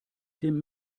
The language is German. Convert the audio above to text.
dem